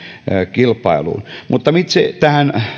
kilpailuun mutta itse tähän